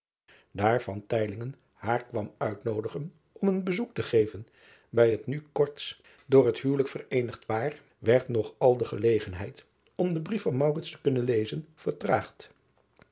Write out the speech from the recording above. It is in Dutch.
aar haar kwam uitnoodigen om een bezoek te geven bij het nu korts door het huwelijk vereenigd paar werd nog al de gelegenheid om den brief van te kunnen lezen vertraagd